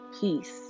peace